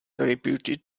reputed